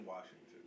Washington